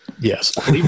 Yes